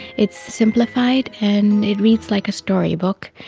it's simplified and it reads like a storybook.